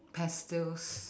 pastilles